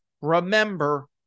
remember